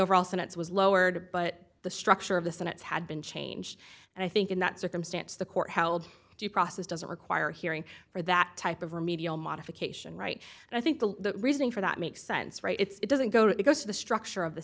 overall sentence was lowered but the structure of the senate's had been changed and i think in that circumstance the court held due process doesn't require hearing for that type of remedial modification right and i think the reasoning for that makes sense right it's it doesn't go it goes to the structure of the